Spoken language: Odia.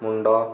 ମୁଣ୍ଡ